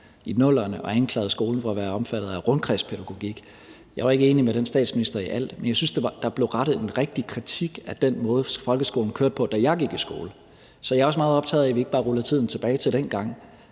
i 00'erne og anklagede skolen for at være omfattet af rundkredspædagogik. Jeg var ikke enig med den statsminister i alt, men jeg syntes, der blev rettet en rigtig kritik af den måde, folkeskolen kørte på, da jeg gik i skole. Så jeg er også meget optaget af, at vi ikke bare ruller tiden tilbage til dengang,